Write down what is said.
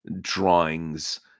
drawings